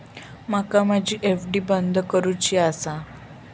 माका माझी एफ.डी बंद करुची आसा